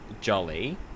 jolly